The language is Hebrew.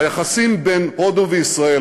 היחסים בין הודו וישראל,